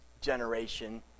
generation